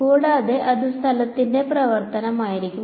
കൂടാതെ അത് സ്ഥലത്തിന്റെ പ്രവർത്തനമായിരിക്കും